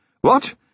What